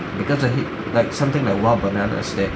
because a hit like something like Wahbanana's that